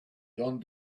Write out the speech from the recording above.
done